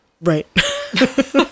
Right